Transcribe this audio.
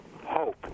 hope